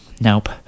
Nope